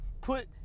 put